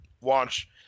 watch